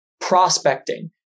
Prospecting